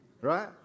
right